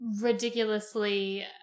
ridiculously